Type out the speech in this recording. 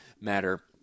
Matter